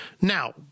Now